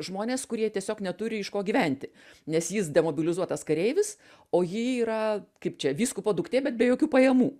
žmonės kurie tiesiog neturi iš ko gyventi nes jis demobilizuotas kareivis o ji yra kaip čia vyskupo duktė bet be jokių pajamų